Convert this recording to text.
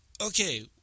okay